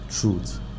truth